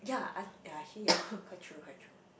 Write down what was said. yeah I yeah actually quite true quite true